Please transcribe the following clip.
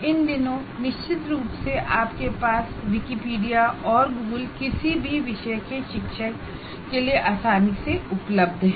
इन दिनों निश्चित रूप से विकिपीडिया और गूगल किसी भी विषय शिक्षक के लिए आसानी से उपलब्ध है